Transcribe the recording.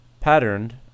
patterned